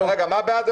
בעד,